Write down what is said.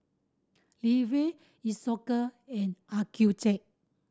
Isocal and Accucheck